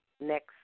next